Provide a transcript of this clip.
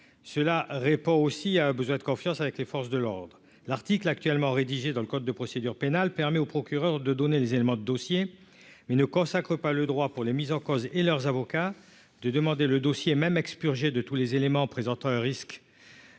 cela répond aussi a besoin de confiance avec les forces de l'ordre, l'article actuellement rédigée dans le code de procédure pénale permet au procureur de donner des éléments de dossier mais ne consacrent pas le droit pour les mises en cause et leurs avocats du demander le dossier même expurgé de tous les éléments présentant un risque